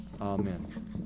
Amen